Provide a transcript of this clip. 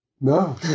No